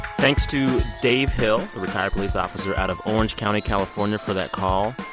thanks to dave hill, the retired police officer out of orange county, calif, ah and for that call.